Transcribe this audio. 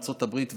ארצות הברית,